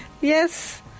Yes